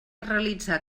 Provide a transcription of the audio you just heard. realitzar